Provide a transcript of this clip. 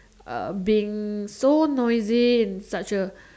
uh being so noisy in such a